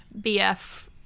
BF